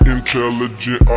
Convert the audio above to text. Intelligent